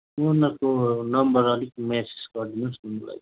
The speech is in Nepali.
मोहन नादको नम्बर अलिक मेसेज गरिदिनुहोस् न मलाई